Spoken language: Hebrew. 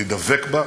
אני דבק בה,